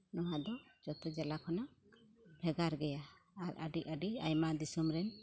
ᱱᱚᱣᱟ ᱫᱚ ᱡᱚᱛᱚ ᱡᱮᱞᱟ ᱠᱷᱚᱱᱟᱜ ᱵᱷᱮᱜᱟᱨ ᱜᱮᱭᱟ ᱟᱨ ᱟᱹᱰᱤ ᱟᱹᱰᱤ ᱟᱭᱢᱟ ᱫᱤᱥᱚᱢ ᱨᱮᱱ